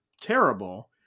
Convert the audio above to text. terrible